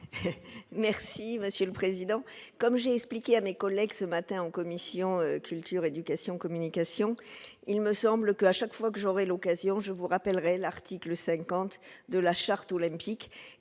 Merci monsieur le président, comme j'ai expliqué à mes collègues ce matin en commission culture, éducation, communication, il me semble que, à chaque fois que j'aurai l'occasion je vous rappellerai l'article 50 de la charte olympique